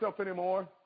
anymore